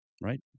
Right